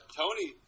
tony